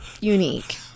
unique